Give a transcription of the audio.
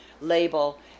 label